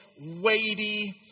weighty